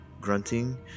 grunting